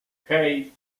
hey